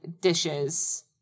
dishes